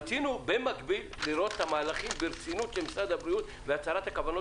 רצינו במקביל לראות את מהלכים ברצינות של משרד הבריאות והצהרת הכוונות